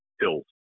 hills